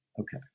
Okay